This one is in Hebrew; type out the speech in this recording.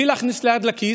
בלי להכניס את היד לכיס,